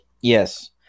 Yes